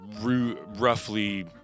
roughly